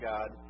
God